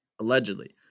Allegedly